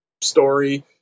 story